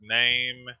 name